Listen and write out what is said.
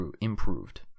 improved